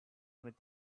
with